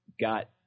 got –